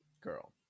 Girl